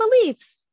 beliefs